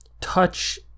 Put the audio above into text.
touch